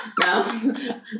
no